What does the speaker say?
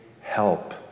help